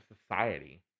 society